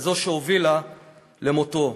וזו שהובילה למותו: